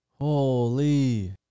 Holy